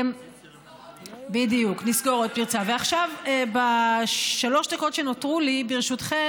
אני רוצה אחר כך